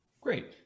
Great